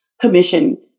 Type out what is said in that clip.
commission